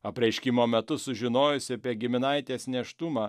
apreiškimo metu sužinojusi apie giminaitės nėštumą